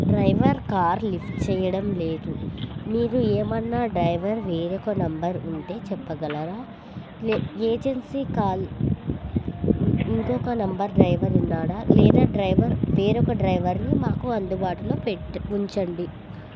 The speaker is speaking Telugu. డ్రైవర్ కార్ లిఫ్ట్ చేయడం లేదు మీరు ఏమైనా డ్రైవర్ వేరొక నెంబర్ ఉంటే చెప్పగలరా లే ఏజెన్సీ కాల్ ఇంకొక నెంబర్ డ్రైవర్ ఉన్నాడా లేదా డ్రైవర్ వేరొక డ్రైవర్ని మాకు అందుబాటులో పెట్టి ఉంచండి